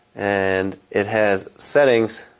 and it has settings